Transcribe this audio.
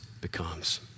becomes